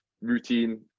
routine